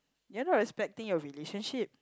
you're not respecting you relationship